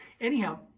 Anyhow